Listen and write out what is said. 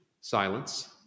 silence